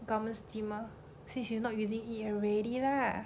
garment steamer since you not using it already lah